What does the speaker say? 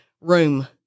Room